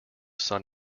sun